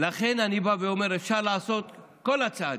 אני אומר, אפשר לעשות את כל הצעדים.